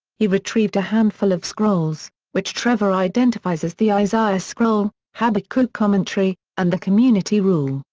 he retrieved a handful of scrolls, which trever identifies as the isaiah scroll, habakkuk commentary, and the community rule,